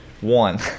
one